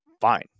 fine